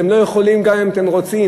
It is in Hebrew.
אתם לא יכולים גם אם אתם רוצים,